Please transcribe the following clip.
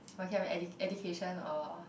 education or